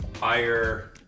higher